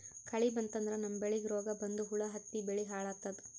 ಕಳಿ ಬಂತಂದ್ರ ನಮ್ಮ್ ಬೆಳಿಗ್ ರೋಗ್ ಬಂದು ಹುಳಾ ಹತ್ತಿ ಬೆಳಿ ಹಾಳಾತದ್